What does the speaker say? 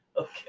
Okay